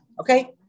okay